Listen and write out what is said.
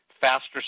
faster